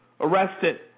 arrested